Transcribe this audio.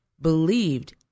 believed